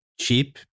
cheap